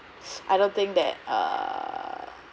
I don't think that err